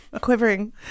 quivering